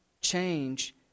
change